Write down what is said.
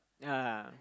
ah